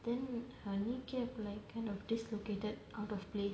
then her kneecap like kind of dislocated out of place